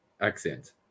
accent